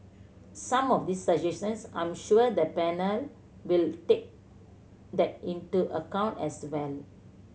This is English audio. some of these suggestions I'm sure the panel will take that into account as well